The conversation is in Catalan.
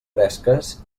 bresques